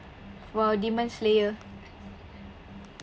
!wow! demon slayer